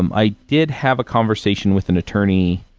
i did have a conversation with an attorney